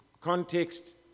context